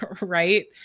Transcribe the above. right